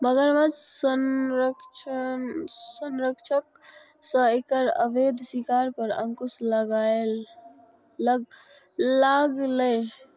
मगरमच्छ संरक्षणक सं एकर अवैध शिकार पर अंकुश लागलैए